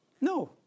No